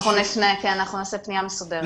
כן, אנחנו נפנה, אנחנו נעשה פנייה מסודרת.